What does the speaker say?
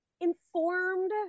informed